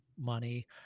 money